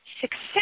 success